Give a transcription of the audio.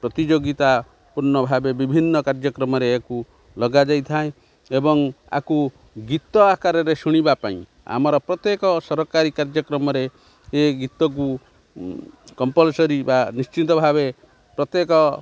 ପ୍ରତିଯୋଗିତା ପୂର୍ଣ୍ଣ ଭାବେ ବିଭିନ୍ନ କାର୍ଯ୍ୟକ୍ରମରେ ଏହାକୁ ଲଗାଯାଇଥାଏ ଏବଂ ଏହାକୁ ଗୀତ ଆକାରରେ ଶୁଣିବା ପାଇଁ ଆମର ପ୍ରତ୍ୟେକ ସରକାରୀ କାର୍ଯ୍ୟକ୍ରମରେ ଏ ଗୀତକୁ କମ୍ପଲ୍ସରୀ ବା ନିଶ୍ଚିନ୍ତ ଭାବେ ପ୍ରତ୍ୟେକ